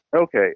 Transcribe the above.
Okay